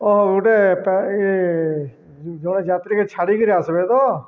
ଓ ଗୋଟେ ଇ ଜଣେ ଯାତ୍ରୀକେ ଛାଡ଼ିକିରି ଆସିବେ ତ